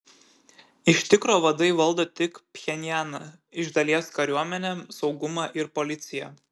iš tikro vadai valdo tik pchenjaną iš dalies kariuomenę saugumą ir policiją